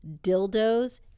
dildos